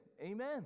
amen